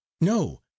No